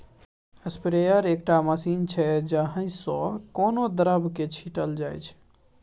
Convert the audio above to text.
sprayer एकटा machine छै जाहि सँ कोनो द्रब केँ छीटल जाइ छै